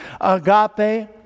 agape